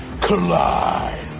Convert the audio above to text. collide